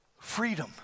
freedom